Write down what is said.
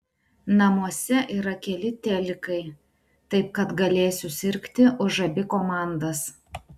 namuose yra keli telikai taip kad galėsiu sirgti už abi komandas